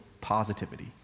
positivity